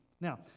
Now